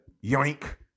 yank